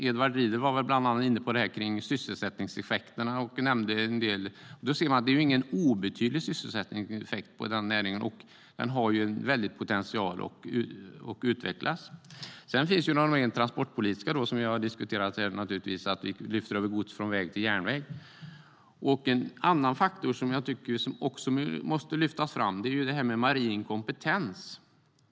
Edward Riedl tog upp detta med sysselsättningseffekterna. Den här näringen har ingen obetydlig sysselsättningseffekt, och den har en väldig potential att utvecklas. Sedan finns de rent transportpolitiska aspekterna, som har diskuterats här, till exempel att vi lyfter över gods från väg och järnväg. En annan faktor som också måste lyftas fram är detta med marin kompetens.